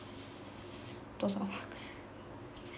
多少